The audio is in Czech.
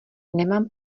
nemám